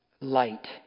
light